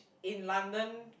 in London